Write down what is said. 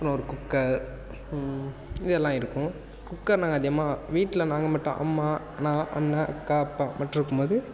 அப்புறம் ஒரு குக்கர் இது எல்லாம் இருக்கும் குக்கர் நாங்கள் அதிகமாக வீட்டில் நாங்கள் மட்டும் அம்மா நான் அண்ணா அக்கா அப்பா மற்றும் இருக்கும்போது